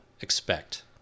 expect